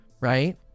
right